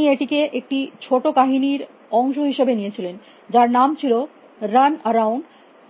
তিনি এটিকে একটি ছোট কাহিনীর অংশ হিসাবে লিখেছিলেন যার নাম ছিল রান অ্যারাউন্ড